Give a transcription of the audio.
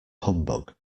humbug